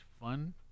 fun